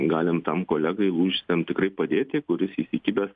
galim tam kolegai įlūžusiam tikrai padėti kuris įsikibęs